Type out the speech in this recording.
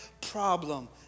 problem